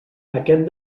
aquest